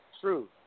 True